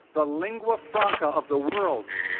the lingua franca of the world.